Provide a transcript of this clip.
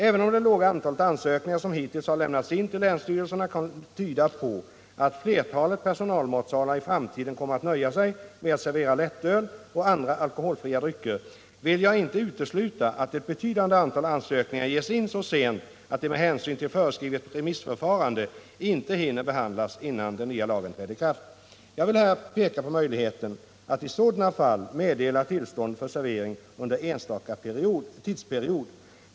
Även om det låga antal ansökningar som hittills har lämnats in till länsstyrelserna kan tyda på att flertalet personalmatsalar i framtiden kommer att nöja sig med att servera lättöl och andra alkoholfria drycker vill jag inte utesluta att ett betydande antal ansökningar ges in så sent att de med hänsyn till föreskrivet remissförfarande inte hinner behandlas innan den nya lagen träder i kraft. Jag vill här peka på möjligheten att i sådana fall meddela tillstånd för servering under enstaka tidsperiod.